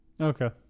Okay